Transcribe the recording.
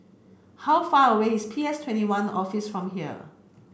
how far away is P S Twenty one Office from here